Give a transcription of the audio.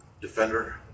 Defender